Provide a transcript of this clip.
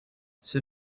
c’est